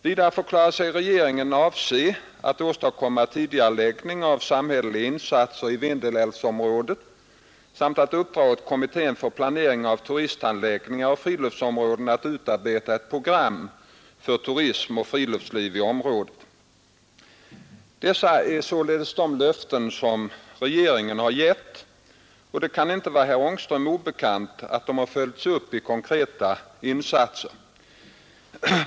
Vidare förklarade sig regeringen avse att åstadkomma tidigareläggning av samhälleliga investeringar i Vindelsälvsområdet samt att uppdra åt kommittén för planering av turistanläggningar och friluftsområden att utarbeta ett program för turism och friluftsliv i området. Dessa är således de löften som regeringen har gett och det kan inte vara herr Ångström obekant att de har följts upp i konkreta insatser.